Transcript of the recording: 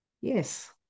yes